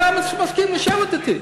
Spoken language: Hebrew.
הוא היה מסכים לשבת אתי.